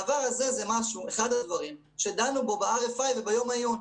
זה אחד הדברים שדנו בו ב-RFI וביום העיון.